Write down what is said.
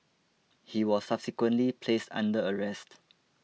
he was subsequently placed under arrest